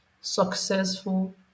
successful